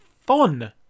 fun